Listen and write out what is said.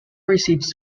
receives